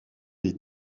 les